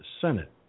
Senate